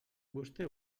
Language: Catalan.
vostè